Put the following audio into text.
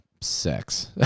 sex